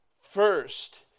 first